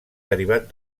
derivat